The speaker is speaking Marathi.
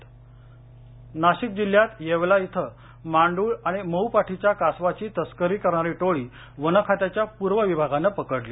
नाशिक नाशिक जिल्ह्यात येवला इथं मांडूळ आणि मऊ पाठीच्या कासवाची तस्करी करणारी टोळी वन खात्याच्या पूर्व विभागानं पकडली